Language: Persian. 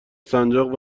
سنجاق